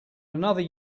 another